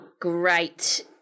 great